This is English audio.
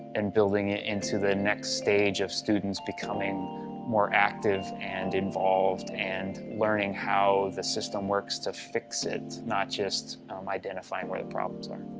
and building it into the next stage of students becoming more active and involved, and learning, how the system works to fix it. not just identifying where the problems are.